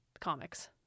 comics